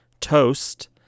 Toast